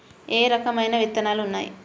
ఏ రకమైన విత్తనాలు ఉన్నాయి?